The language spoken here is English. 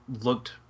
looked